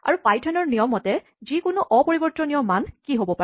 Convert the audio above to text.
আৰু পাইথনৰ নিয়মমতে যিকোনো অপৰিবৰ্তনীয় মান কীচাবি হ'ব পাৰে